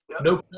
No